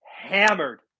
hammered